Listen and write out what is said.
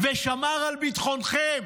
ושמר על ביטחונכם,